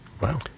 Wow